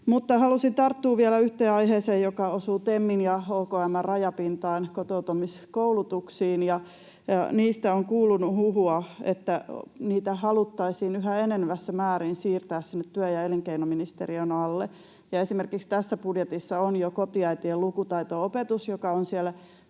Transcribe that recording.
halusin tarttua vielä yhteen aiheeseen, joka osuu TEMin ja OKM:n rajapintaan, kotoutumiskoulutuksiin. Niistä on kuulunut huhua, että niitä haluttaisiin yhä enenevässä määrin siirtää työ- ja elinkeinoministeriön alle, ja esimerkiksi tässä budjetissa on jo kotiäitien lukutaito-opetus, joka on siellä